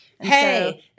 Hey